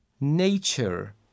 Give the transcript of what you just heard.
nature